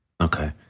Okay